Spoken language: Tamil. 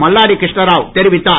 மல்லாடி கிருஷ்ணராவ் தெரிவித்தார்